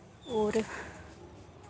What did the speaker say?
और